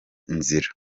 nzira